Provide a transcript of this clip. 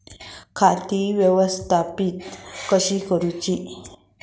खाती व्यवस्थापित कशी करूची?